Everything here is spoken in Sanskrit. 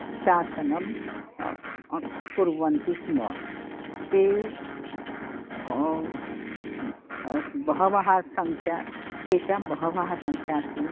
शासनं कुर्वन्ति स्म ते बहवः सङ्ख्या तेषां बहवः सङ्ख्या अस्ति